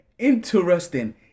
interesting